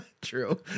True